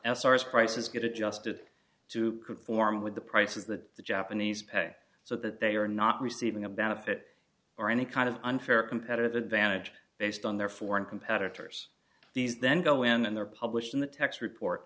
year s r s prices get adjusted to conform with the prices that the japanese pay so that they are not receiving a benefit or any kind of unfair competitive advantage based on their foreign competitors these then go in and they're published in the techs report